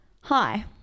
hi